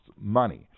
money